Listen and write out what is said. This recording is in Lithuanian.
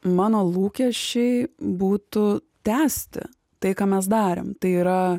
mano lūkesčiai būtų tęsti tai ką mes darėm tai yra